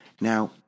Now